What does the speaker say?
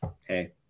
hey